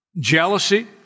jealousy